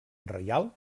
reial